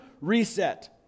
reset